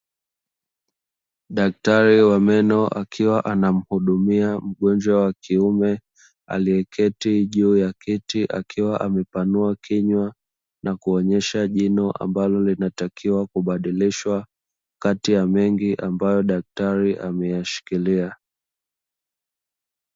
Daktari wa meno akiwa anamuhudumia mgonjwa wa kiume, aliyeketi juu ya kiti akiwa amepanua kinywa na kuonyesha jino ambalo linatakiwa kubadilishwa kati ya mengi ambayo daktari ameyashikilia.